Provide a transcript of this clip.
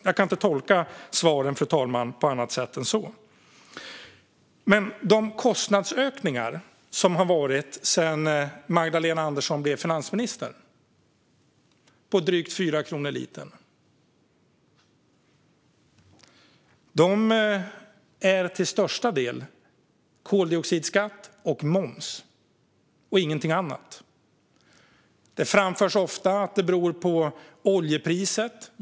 Jag kan inte tolka svaren på annat sätt än så, fru talman. De kostnadsökningar på drygt 4 kronor litern som har skett sedan Magdalena Andersson blev finansminister är till största delen koldioxidskatt och moms och ingenting annat. Det framförs ofta att de beror på oljepriset.